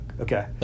Okay